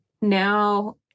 now